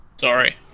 Sorry